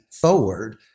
forward